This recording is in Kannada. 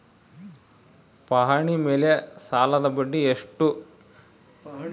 ಪಹಣಿ ಮೇಲೆ ಸಾಲದ ಬಡ್ಡಿ ಎಷ್ಟು?